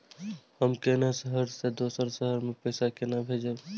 हम केना शहर से दोसर के शहर मैं पैसा केना भेजव?